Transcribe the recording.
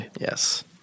Yes